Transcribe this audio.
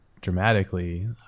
dramatically